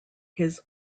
his